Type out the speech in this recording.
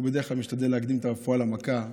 הוא בדרך כלל משתדל להקדים את הרפואה למכה.